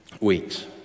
weeks